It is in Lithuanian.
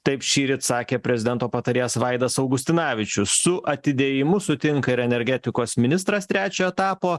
taip šįryt sakė prezidento patarėjas vaidas augustinavičius su atidėjimu sutinka ir energetikos ministras trečio etapo